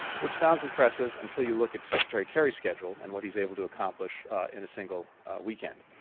which sounds impressive until you look at secretary kerry's schedule and what he's able to accomplish in a single weekend.